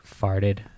farted